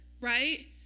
right